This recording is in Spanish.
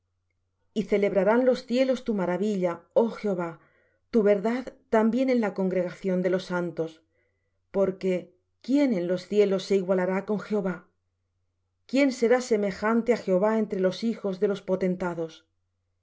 y celebrarán los cielos tu maravilla oh jehová tu verdad también en la congregación de los santos porque quién en los cielos se igualará con jehová quién será semejante á jehová entre los hijos de los potentados dios